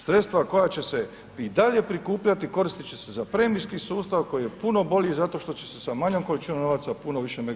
Sredstva koja će se i dalje prikupljati koristit će se za premijski sustav koji je puno bolji zato što će se sa manjom količinom novaca puno više megavata mogli